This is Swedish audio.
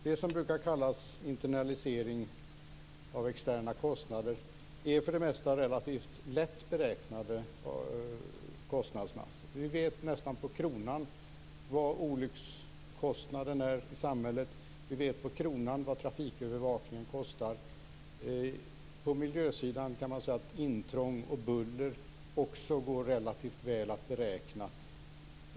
Det som brukar kallas internalisering av externa kostnader är för det mesta relativt lätt beräknade kostnadsmassor. Vi vet nästan på kronan vad olyckskostnaden är i samhället. Vi vet på kronan vad trafikövervakningen kostar. På miljösidan kan man säga att intrång och buller också går relativt väl att beräkna.